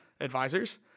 advisors